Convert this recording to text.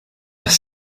vers